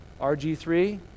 RG3